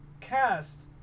cast